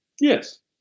Yes